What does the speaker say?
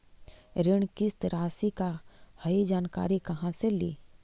ऋण किस्त रासि का हई जानकारी कहाँ से ली?